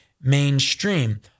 mainstream